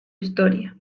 historia